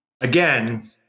Again